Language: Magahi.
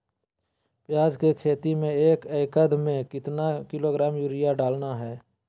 प्याज की खेती में एक एकद में कितना किलोग्राम यूरिया डालना है?